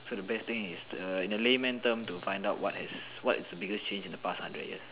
so the best thing is to err in a layman term to find out what is what is the biggest change in the past one hundred years